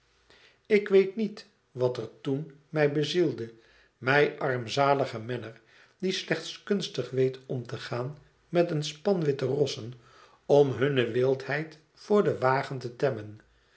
ik weet niet wat er toen mij bezielde mij armzaligen menner die slechts kunstig weet om gaan met een span witte rossen om hunne wildheid voor den wagen te temmen